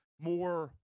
more